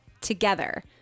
together